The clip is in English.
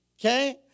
Okay